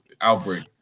Outbreak